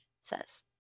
says